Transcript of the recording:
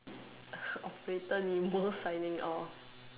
operator Nemo signing off